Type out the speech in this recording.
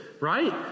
right